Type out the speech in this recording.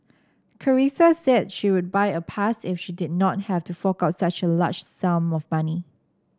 Carissa said she would buy a pass if she did not have to fork out such a large lump sum of money